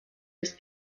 des